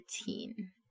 routine